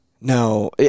No